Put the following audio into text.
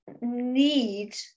need